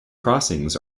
crossings